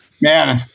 man